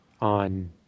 on